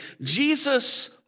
Jesus